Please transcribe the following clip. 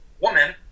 woman